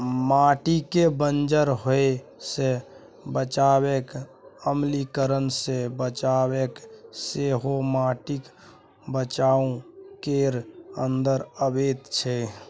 माटिकेँ बंजर होएब सँ बचाएब, अम्लीकरण सँ बचाएब सेहो माटिक बचाउ केर अंदर अबैत छै